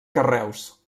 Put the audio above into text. carreus